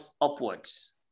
upwards